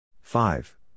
Five